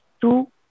two